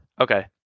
Okay